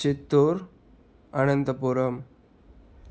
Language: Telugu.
చిత్తూరు అనంతపురం